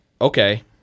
okay